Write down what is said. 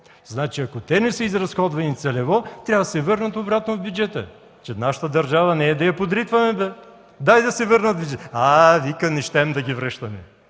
Значи, ако те не са изразходвани целево, трябва да се върнат обратно в бюджета. Нашата държава не е да я подритваме, бе! „Дай да се върнат”, „А, не щем да ги връщаме,